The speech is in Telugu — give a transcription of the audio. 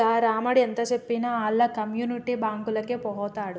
గా రామడు ఎంతజెప్పినా ఆళ్ల కమ్యునిటీ బాంకులకే వోతడు